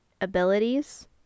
abilities